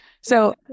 So-